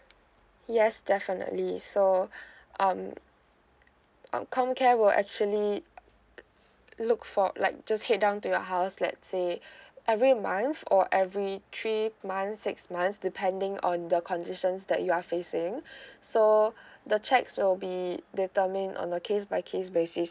yes definitely so um um comcare will actually look for like just head down to your house let say every month or every three months six months depending on the conditions that you are facing so the cheques will be determined on a case by case basis